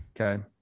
Okay